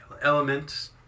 elements